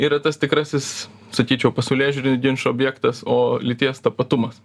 yra tas tikrasis sakyčiau pasaulėžiūrinių ginčų objektas o lyties tapatumas